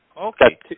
Okay